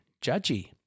Judgy